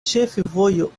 ĉefvojo